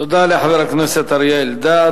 תודה לחבר הכנסת אריה אלדד.